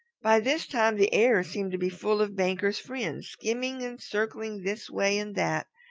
by this time the air seemed to be full of banker's friends, skimming and circling this way and that,